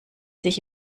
sich